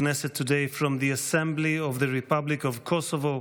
Knesset today from the Assembly of the Republic of Kosovo,